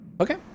Okay